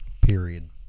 Period